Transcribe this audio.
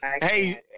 Hey